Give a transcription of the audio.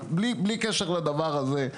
אבל בלי קשר לדבר הזה,